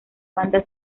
banda